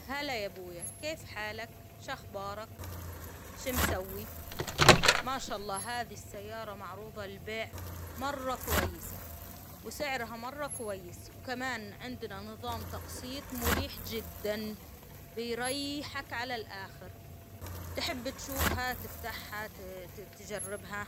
هلا يا أبويا كيف حالك؟ شخبارك شمسوي؟ ما شا الله هذي السيارة معروضة للبيع مرة كويسة، وسعرها مرة كويس، وكمان عندنا نظام تقسيط مريح جدا بيريحك على الآخر، تحب تشوفها تفتحها تجربها.